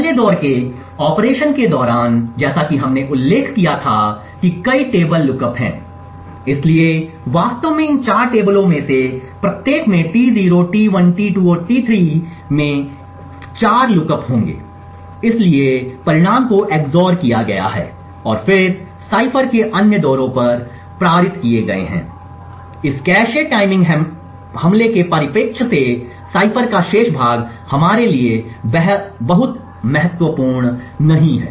1 दौर के ऑपरेशन के दौरान जैसा कि हमने उल्लेख किया था कि कई टेबल लुकअप हैं इसलिए वास्तव में इन 4 टेबलों में से प्रत्येक में T0 T1 T2 और T3 में से प्रत्येक में 4 लुकअप होंगे इसलिए परिणाम को XOR किया गया हैं और फिर साइफर के अन्य दौरों पर पारित किए गए हैं इसलिए इस कैश टाइमिंग हमले के परिप्रेक्ष्य से साइफर का शेष भाग हमारे लिए बहुत महत्वपूर्ण नहीं है